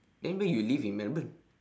then where you live in melbourne